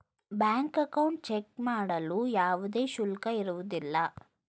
bank account check ಮಾಡಲು ಯಾವುದೇ ಶುಲ್ಕ ಇರುವುದಿಲ್ಲ